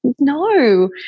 no